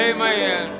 Amen